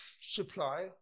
supply